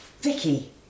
Vicky